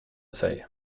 say